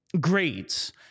Grades